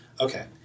okay